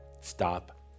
Stop